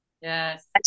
Yes